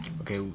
Okay